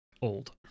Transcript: old